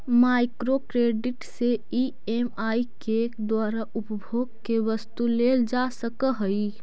micro credit से EMI के द्वारा उपभोग के वस्तु लेल जा सकऽ हई